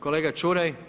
Kolega Čuraj.